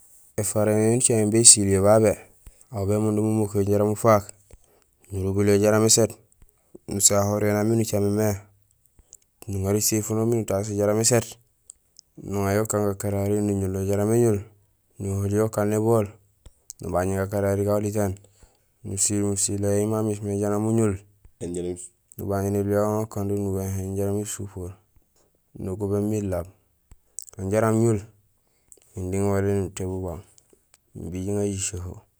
Ēfara éni ucaméén bésiil yo babé, aw bémundum umuk yo jaraam ufaak, nurubul yo jaraam éséét, nusahoor yo nang miin nucaméén mé, nuŋaar éséfuno miin utaas yo jaraam éséét, nuŋayo ukaan gakarari nuñul yo jaraam éñul, nuwuhul yo ukaan nébool, nubañéén gakarari gagu ulitéén, nusiil musiléyi mamismé jaraam muñul, nubañéén uluw yayu ukando nuwéhéén jaraam ésupoor, nugubéén miin laab kun jaraam ñul kinding uwaléén nutébul ubang imbi jiŋaar jicoho